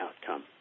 outcome